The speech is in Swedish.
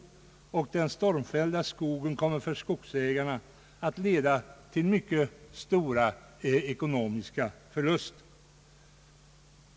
Den stormfällda skogen kommer för skogsägarna att leda till mycket stora ekonomiska förluster.